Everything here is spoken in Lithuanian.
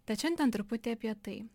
tad šiandien truputį apie tai